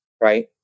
right